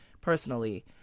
personally